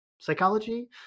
psychology